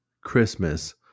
christmas